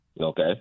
Okay